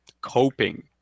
coping